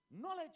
Knowledge